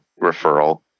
referral